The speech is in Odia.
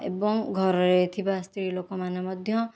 ଏବଂ ଘରରେ ଥିବା ସ୍ତ୍ରୀ ଲୋକମାନେ ମଧ୍ୟ